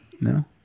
No